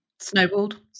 Snowballed